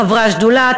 חברי השדולה,